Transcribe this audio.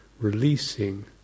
releasing